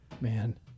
Man